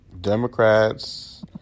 Democrats